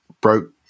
broke